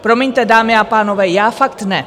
Promiňte, dámy a pánové, já fakt ne.